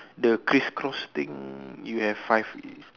the criss cross thing you have five